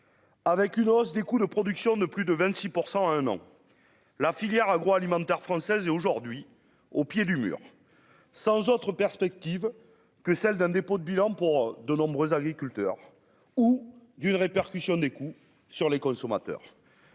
avec une hausse des coûts de production de plus de 26 % en un an, la filière agroalimentaire française est aujourd'hui au pied du mur sans autre perspective que celle d'un dépôt de bilan pour de nombreux agriculteurs ou d'une répercussion des coûts sur les consommateurs.